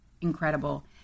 incredible